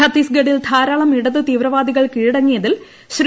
ഛത്തീസ്ഗഡിൽ ധാരാള്ം ഇടതു തീവ്രവാദികൾ കീഴടങ്ങിയതിൽ ശ്രീ